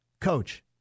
Coach